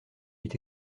eût